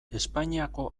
espainiako